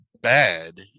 bad